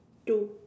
two